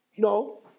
No